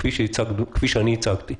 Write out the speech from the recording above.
כפי שהצגתי.